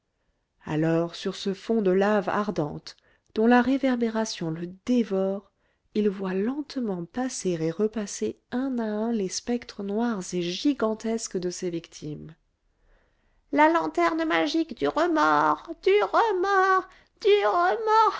alors sur ce fond de lave ardente dont la réverbération le dévore il voit lentement passer et repasser un à un les spectres noirs et gigantesques de ses victimes la lanterne magique du remords du remords du